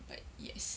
but yes